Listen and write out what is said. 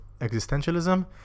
existentialism